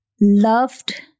loved